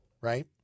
right